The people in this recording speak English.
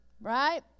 Right